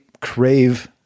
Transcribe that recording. crave